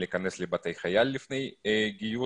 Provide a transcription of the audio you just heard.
לכניסה לבתי חייל לפני גיוס,